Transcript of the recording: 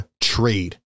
trade